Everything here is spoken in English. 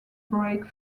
break